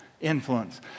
Influence